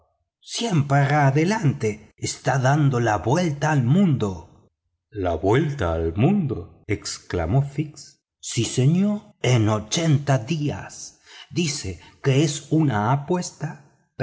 siempre adelante está dando la vuelta al mundo la vuelta al mundo exclamó fix sí señor en ochenta días dice que es una apuesta